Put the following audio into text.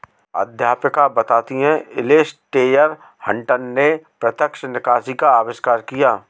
अध्यापिका बताती हैं एलेसटेयर हटंन ने प्रत्यक्ष निकासी का अविष्कार किया